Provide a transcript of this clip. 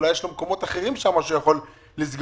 אולי יש לו מחלקות אחרות שהוא יכול לסגור.